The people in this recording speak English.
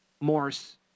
Morris